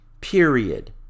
Period